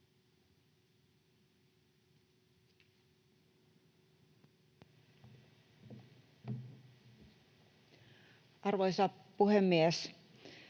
Arvoisa puhemies!